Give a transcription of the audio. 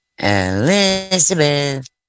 Elizabeth